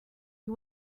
you